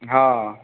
हँ